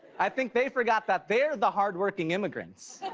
i think they forgot that they're the hardworking immigrants.